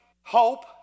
hope